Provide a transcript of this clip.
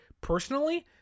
personally